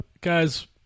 Guys